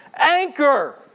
Anchor